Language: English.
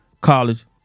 college